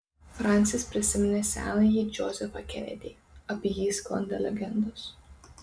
fransis prisiminė senąjį džozefą kenedį apie jį sklandė legendos